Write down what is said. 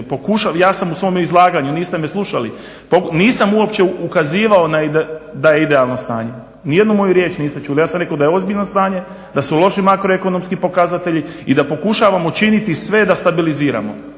Ja sam u svome izlaganju, niste me slušali, nisam uopće ukazivao da je idealno stanje. Ni jednu moju riječ niste čuli. Ja sam rekao da je ozbiljno stanje, da su loši makroekonomski pokazatelji i da pokušavamo učiniti sve da stabiliziramo.